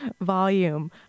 volume